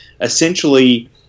essentially